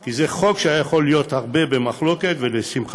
כי זה חוק שהיה יכול להיות במחלוקת רבה, ולשמחתי,